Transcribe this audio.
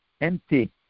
empty